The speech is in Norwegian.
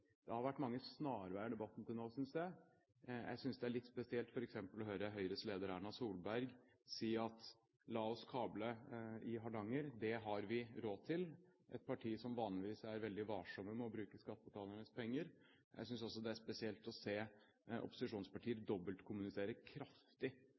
Det har vært mange snarveier i debatten til nå, synes jeg. Jeg synes det er litt spesielt f.eks. å høre Høyres leder, Erna Solberg, si: La oss kable i Hardanger, det har vi råd til – et parti som vanligvis er veldig varsomme med å bruke skattebetalernes penger. Jeg synes også det er spesielt å se opposisjonspartier